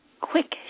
quick